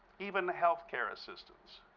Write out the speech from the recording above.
even healthcare assistance.